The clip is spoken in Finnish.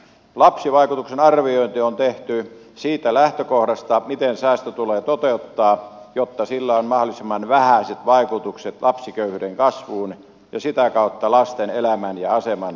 lapsivaikutusten arviointia on tehty siitä lähtökohdasta miten säästö tulee toteuttaa jotta sillä on mahdollisimman vähäiset vaikutukset lapsiköyhyyden kasvuun ja sitä kautta lasten elämään ja asemaan yhteiskunnassa